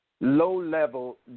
low-level